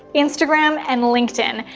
instagram, and linkedin.